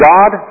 God